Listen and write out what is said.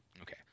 Okay